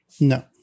No